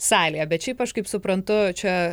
salėje bet šiaip aš kaip suprantu čia